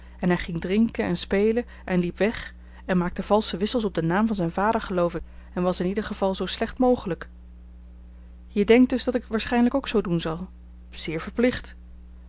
en hij ging drinken en spelen en liep weg en maakte valsche wissels op den naam van zijn vader geloof ik en was in ieder geval zoo slecht mogelijk je denkt dus dat ik waarschijnlijk ook zoo doen zal zeer verplicht